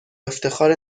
افتخار